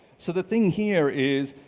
so the thing here is,